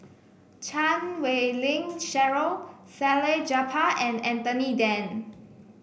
Chan Wei Ling Cheryl Salleh Japar and Anthony Then